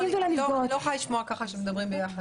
אני לא יכולה לשמוע ככה כשמדברים יחד.